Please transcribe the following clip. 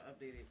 updated